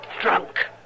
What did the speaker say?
drunk